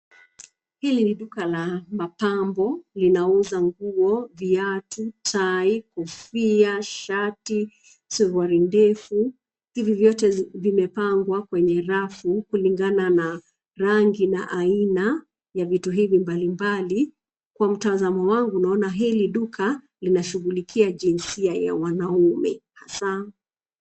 Hili ni duka la mapambo, linauza nguo, viatu, tai, kofia, shati, suruali ndefu hivi vyote vimepangwa kwenye rafu kulingana na rangi na aina ya vitu hivi mbalimbali. Kwa mtazamo wangu naona hili linashughulikia jinsia ya wanaume hasa.